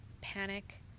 panic